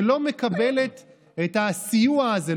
שלא מקבלת את הסיוע הזה,